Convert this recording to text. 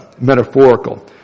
metaphorical